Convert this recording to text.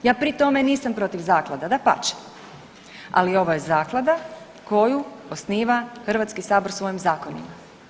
Ja pri tome nisam protiv zaklada, dapače, ali ovo je zaklada koju osniva Hrvatski sabor svojim zakonima.